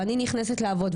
ואני נכנסת לעבוד,